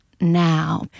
now